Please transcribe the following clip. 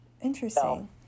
interesting